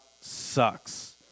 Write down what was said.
sucks